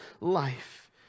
life